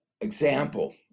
example